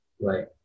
Right